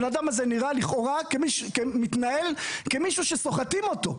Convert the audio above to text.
הבן אדם הזה נראה לכאורה מתנהל כמישהו שסוחטים אותו.